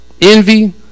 Envy